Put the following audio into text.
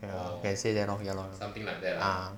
can say that lor ya lor ah